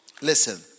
Listen